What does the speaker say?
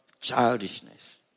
childishness